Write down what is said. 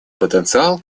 потенциал